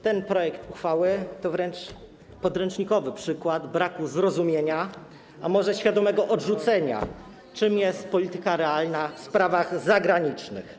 Ten projekt uchwały jest wręcz podręcznikowym przykładem braku zrozumienia, a może świadomego odrzucenia tego, czym jest polityka realna w sprawach zagranicznych.